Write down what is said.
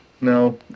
No